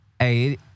Hey